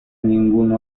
ningún